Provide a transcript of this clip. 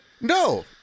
No